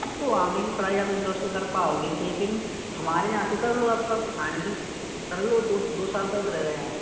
तो आगे की पढ़ाई आप इंदौर से कर पाओगी लेकिन हमारे यहाँ से कर लो आपका फाइनल कर लो दो दो साल का ही तो रह गया है